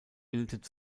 bildet